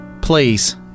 please